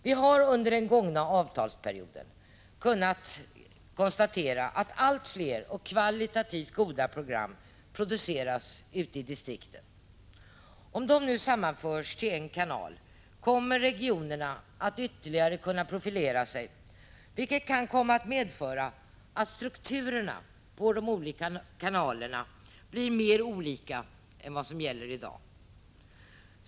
Vi har under den gångna avtalsperioden kunnat konstatera att allt fler och kvalitativt goda program produceras ute i distrikten. Om dessa nu sammanförs till en kanal kommer regionerna att ytterligare kunna profilera sig, vilket kan komma att medföra att strukturerna på de olika kanalerna blir mer olika än vad som gäller i dag.